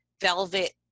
velvet